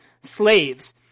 slaves